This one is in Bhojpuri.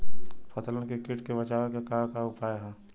फसलन के कीट से बचावे क का उपाय है?